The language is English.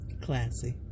Classy